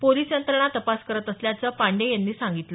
police यंत्रणा तपास करत असल्याचं पांडेय यांनी सांगितलं